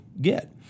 get